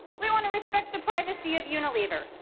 we wanna respect the privacy of unilever.